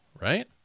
Right